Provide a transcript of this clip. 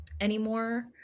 anymore